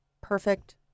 perfect